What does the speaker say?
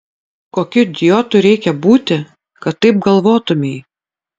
kokiu idiotu reikia būti kad taip galvotumei